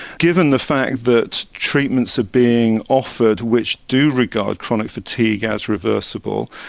given the fact that treatments are being offered which do regard chronic fatigue as reversible,